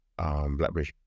blackbridge